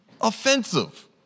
offensive